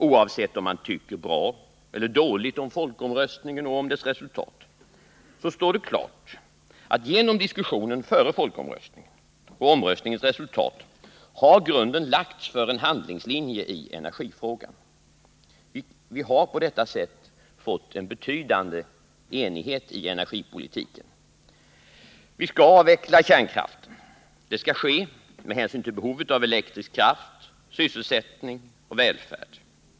Oavsett om man tycker bra eller illa om folkomröstningen och om dess resultat, så står det klart att genom diskussionen före folkomröstningen och omröstningens resultat har grunden lagts för en handlingslinje i energifrågan. Vi har på detta sätt fått en betydande enighet i energipolitiken. Vi skall avveckla kärnkraften. Detta skall ske med hänsyn till behovet av elektrisk kraft, sysselsättning och välfärd.